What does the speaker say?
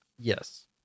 Yes